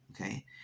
okay